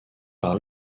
par